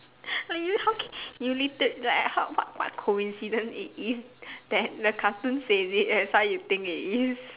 are you how can you lit it like how what what coincidence it is that the cartoon says it that's why you think it is